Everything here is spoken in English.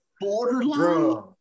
Borderline